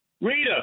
Rita